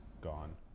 gone